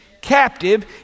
captive